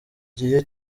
gihe